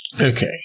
Okay